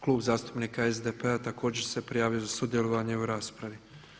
Klub zastupnika SDP-a također se prijavio za sudjelovanje u raspravi.